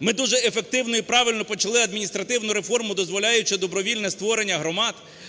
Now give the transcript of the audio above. Ми дуже ефективно і правильно почали адміністративну реформу, дозволяючи добровільне створення громад,